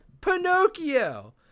Pinocchio